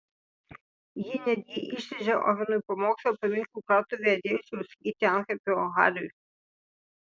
ji netgi išrėžė ovenui pamokslą paminklų krautuvėje atėjusi užsakyti antkapio hariui